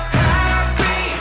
happy